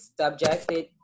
subjected